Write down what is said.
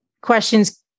questions